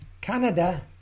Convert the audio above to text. Canada